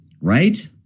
Right